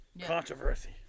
Controversy